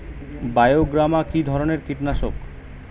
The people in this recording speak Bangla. বায়োগ্রামা কিধরনের কীটনাশক?